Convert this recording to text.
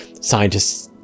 scientists